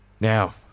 Now